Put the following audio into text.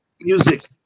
music